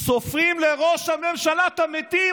סופרים לראש הממשלה את המתים,